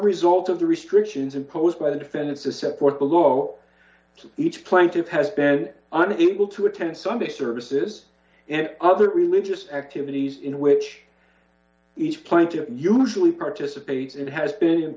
result of the restrictions imposed by the defendants the support below each plenty of has been unable to attend sunday services and other religious activities in which each plant to usually participate has been